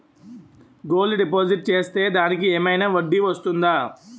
Gold deposit చేస్తే దానికి ఏమైనా వడ్డీ వస్తుందా?